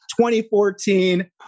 2014